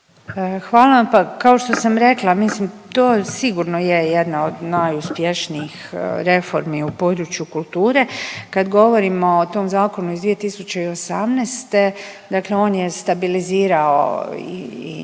Hvala vam. Pa kao što sam rekla mislim to sigurno je jedna od najuspješnijih reformi u području kulture. Kad govorimo o tom zakonu iz 2018. dakle on je stabilizirao i